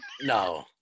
no